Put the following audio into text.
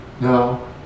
No